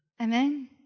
Amen